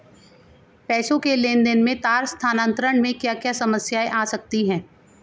पैसों के लेन देन में तार स्थानांतरण में क्या क्या समस्याएं आ सकती हैं?